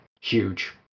huge